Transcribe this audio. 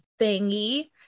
thingy